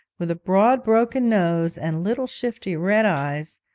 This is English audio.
with a broad broken nose and little shifty red eyes,